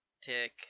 tick